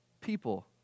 people